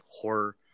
horror